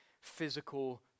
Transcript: physical